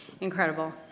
incredible